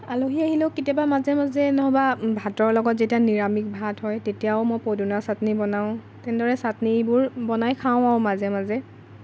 আলহী আহিলেও কেতিয়াবা মাজে মাজে নহ'বা ভাতৰ লগত যেতিয়া নিৰামিষ ভাত হয় তেতিয়াও মই পদুনা চাটনি বনাওঁ তেনেদৰে চাটনিবোৰ বনাই খাওঁ আৰু মাজে মাজে